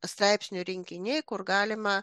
straipsnių rinkiniai kur galima